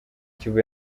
kivu